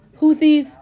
Houthis